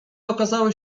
okazały